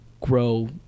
grow